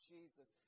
Jesus